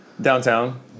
Downtown